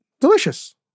delicious